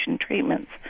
treatments